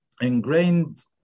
ingrained